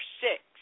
six